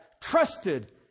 trusted